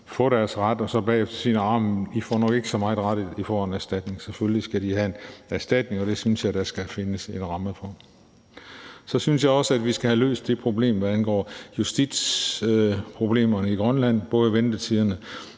får deres ret, og så siger man bagefter, at de nok ikke har fået så meget ret, at de kan få en erstatning. Selvfølgelig skal de have en erstatning, og det synes jeg der skal findes en ramme for. Så synes jeg også, at vi skal have løst justitsproblemerne i Grønland, både i